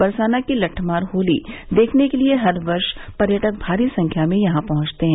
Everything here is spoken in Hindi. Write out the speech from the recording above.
बरसाना की लट्ठमार होली देखने के लिए हर वर्ष पर्यटक भारी संख्या में यहां पहुंचते है